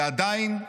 ועדיין,